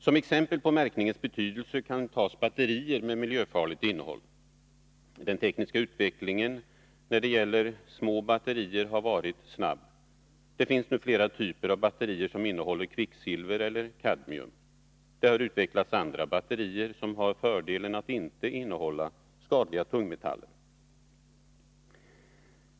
Som exempel på märkningens betydelse kan tas batterier med miljöfarligt innehåll. Den tekniska utvecklingen när det gäller små batterier har varit snabb. Det finns nu flera typer av batterier som innehåller kvicksilver och kadmium. Det har utvecklats andra batterier som har fördelen att inte innehålla skadliga tungmetaller.